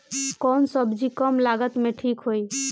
कौन सबजी कम लागत मे ठिक होई?